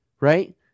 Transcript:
right